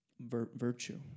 virtue